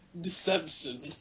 Deception